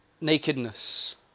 nakedness